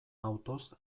autoz